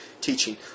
teaching